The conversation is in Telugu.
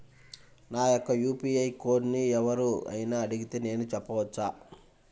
నా యొక్క యూ.పీ.ఐ కోడ్ని ఎవరు అయినా అడిగితే నేను చెప్పవచ్చా?